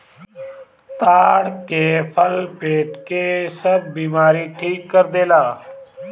ताड़ के फल पेट के सब बेमारी ठीक कर देला